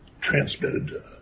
transmitted